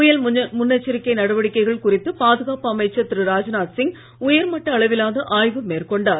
புயல் முன்னெச்சரிக்கை நடவடிக்கைகள் குறித்து பாதுகாப்பு அமைச்சர் திரு ராஜ்நாத் சிங் உயர்மட்ட அளவிலான ஆய்வு மேற்கொண்டார்